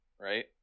right